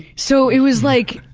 so it was like,